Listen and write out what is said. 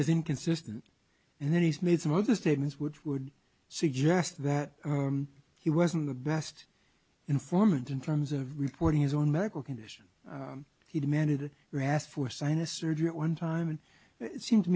is inconsistent and then he's made some other statements which would suggest that he wasn't the best informant in terms of reporting his own medical condition he demanded rast for sinus surgery at one time and it seemed to